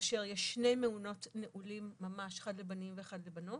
יש שני מעונות נעולים ממש, אחד לבנים ואחד לבנות.